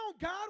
God